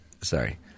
sorry